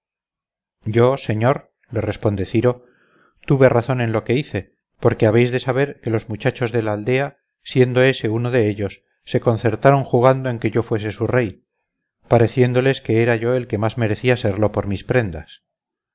yo señor le responde ciro tuve razón en lo que hice porque habéis de saber que los muchachos de la aldea siendo ese uno de ellos se concertaron jugando en que yo fuese su rey pareciéndoles que era yo el que más merecía serlo por mis prendas